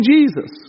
Jesus